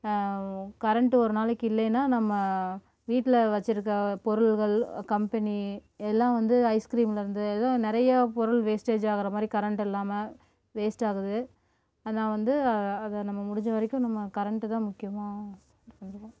current ஒரு நாளைக்கு இல்லைன்னா நம்ம வீட்டில் வெச்சிருக்க பொருட்கள் கம்பெனி எல்லாம் வந்து ஐஸ்கிரீமில் இருந்து ஏதோ நிறையா பொருள் வேஸ்டேஜ் ஆகிற மாதிரி கரண்ட் இல்லாமல் வேஸ்ட் ஆகுது அதனால வந்து அதை நம்ம முடிஞ்ச வரைக்கும் நம்ம கரண்ட்டு தான் முக்கியமாக சொல்வோம்